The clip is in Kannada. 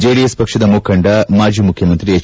ಜೆಡಿಎಸ್ ಪಕ್ಷದ ಮುಖಂಡ ಮಾಜಿ ಮುಖ್ಯಮಂತ್ರಿ ಹೆಚ್